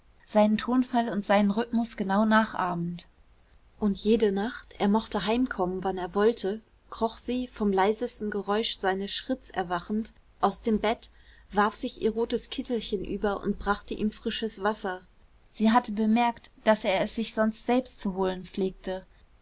seinen tonfall und seinen rhythmus genau nachahmend und jede nacht er mochte heimkommen wann er wollte kroch sie vom leisesten geräusch seines schritts erwachend aus dem bett warf sich ihr rotes kittelchen über und brachte ihm frisches wasser sie hatte bemerkt daß er es sich sonst selbst zu holen pflegte